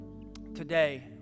today